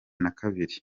nakabiri